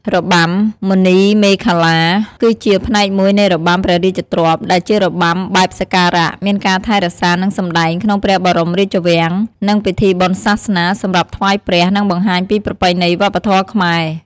របាំមុនីមាឃលា គឺជាផ្នែកមួយនៃរបាំព្រះរាជទ្រព្យ ដែលជារបាំបែបសក្ការៈ មានការថែរក្សានិងសម្តែងក្នុងព្រះបរមរាជវាំង និងពិធីបុណ្យសាសនា សម្រាប់ថ្វាយព្រះ និងបង្ហាញពីប្រពៃណីវប្បធម៌ខ្មែរ។